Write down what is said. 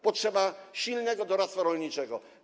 Potrzeba silnego doradztwa rolniczego.